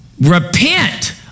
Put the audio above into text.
Repent